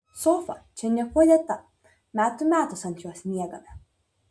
sofa čia niekuo dėta metų metus ant jos miegame